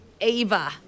Ava